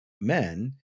men